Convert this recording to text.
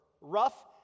rough